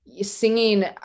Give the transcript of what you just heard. singing